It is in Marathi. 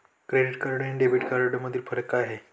क्रेडिट कार्ड आणि डेबिट कार्डमधील फरक काय आहे?